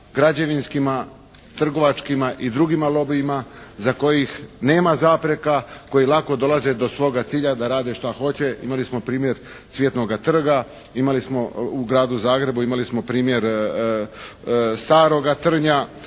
građevinskima, trgovačkim i drugima lobijima za kojih nema zapreka, koji lako dolaze do svoga cilja da rade šta hoće. Imali smo primjer Cvjetnoga trga, imali smo, u gradu Zagrebu. Imali smo primjer staroga Trnja.